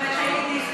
ואת היידיש,